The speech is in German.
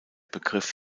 begriff